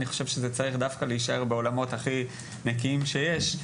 אני חושב שזה צריך להישאר דווקא בעולמות הכי נקיים שיש.